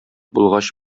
булгач